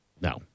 No